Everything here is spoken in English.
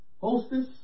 hostess